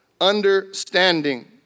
understanding